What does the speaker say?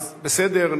אז בסדר,